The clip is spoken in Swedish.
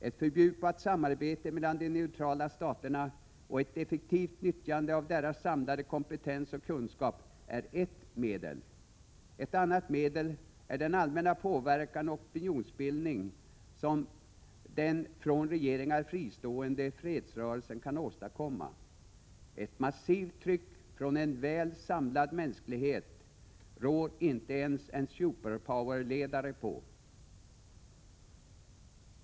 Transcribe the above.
Ett fördjupat samarbete mellan de neutrala staterna och ett effektivt nyttjande av deras samlade kompetens och kunskap är ett medel. Ett annat medel är den allmänna påverkan och opinionsbildning som den från regeringar fristående fredsrörelsen kan åstadkomma. Ett massivt tryck från en väl samlad mänsklighet rår inte ens en superpower-ledare på.